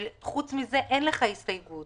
וחוץ מזה אין לך הסתייגות.